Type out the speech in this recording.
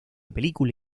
película